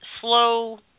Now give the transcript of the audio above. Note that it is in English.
slow